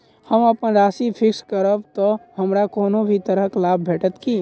हम अप्पन राशि फिक्स्ड करब तऽ हमरा कोनो भी तरहक लाभ भेटत की?